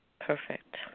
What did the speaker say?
Perfect